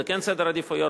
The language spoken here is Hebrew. זה כן סדר עדיפויות,